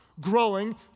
growing